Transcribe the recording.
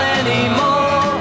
anymore